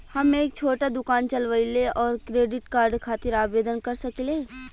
हम एक छोटा दुकान चलवइले और क्रेडिट कार्ड खातिर आवेदन कर सकिले?